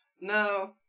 No